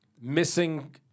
missing